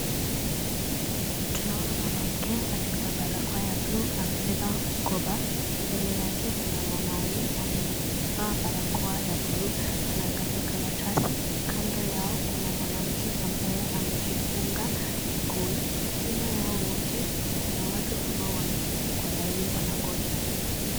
Tunaona mwanamke aliyevaa barakoa ya bluu amebeba mkoba. Mbele yake kuna mwanaume aliyevaa barakoa ya bluu anaangalia karatasi. Kando yao kuna mwanamke ambaye amejifunga kikoi. Nyuma yao wote kuna watu ambao wameketi kwa laini wanangoja.